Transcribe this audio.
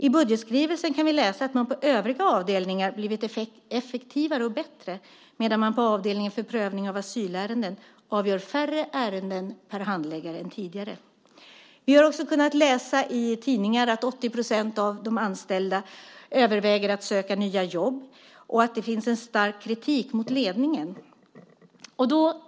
I budgetskrivelsen kan vi läsa att man på övriga avdelningar blivit effektivare och bättre, medan man på avdelningen för prövning av asylärenden avgör färre ärenden per handläggare än tidigare. Vi har också kunnat läsa i tidningar att 80 % av de anställda överväger att söka nya jobb och att det finns en stark kritik mot ledningen.